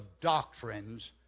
doctrines